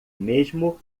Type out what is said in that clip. mesmo